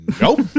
Nope